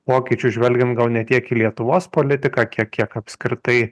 pokyčių žvelgiam gal ne tiek į lietuvos politiką kiek kiek apskritai